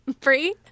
Free